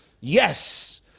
Yes